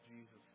Jesus